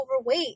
overweight